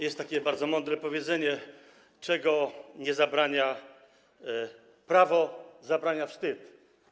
Jest takie bardzo mądre powiedzenie: czego nie zabrania prawo, zabrania wstyd.